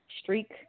streak